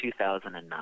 2009